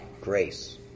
Grace